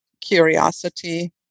curiosity